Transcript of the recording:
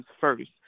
first